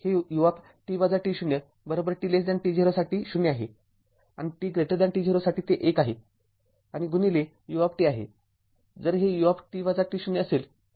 हे u t t0 साठी ० आहे आणि tt0 साठी ते १ आहे आणि गुणिले u आहे जर हे u असेल